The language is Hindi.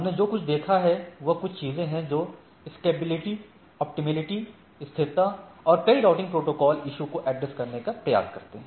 हमने जो कुछ देखा है वह कुछ चीजें हैं जैसे स्केलेबिलिटी ऑप्टिमेलिटी स्थिरता और कई राउटिंग प्रोटोकॉल इशु को एड्रेस करने का प्रयास करते हैं